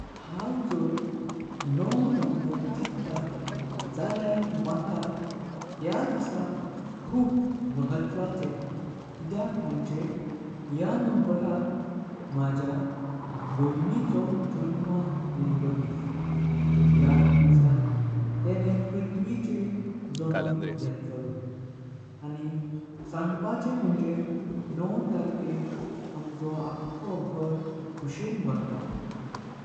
हाव जोर नव नंबेर चित्रा जल्यार माका ह्या दिसा खूप महत्वाचें किद्याक मुंणचें ह्या। नंबराक माझ्या भवयनीचो जन्मं येळो दिस ह्याच दिसा तेंने पृथ्विचेर जन्म घेतलोलो आनी सांगपाचे मुंणचें नव तारीकें आमचो आखो घर कुशें भरता।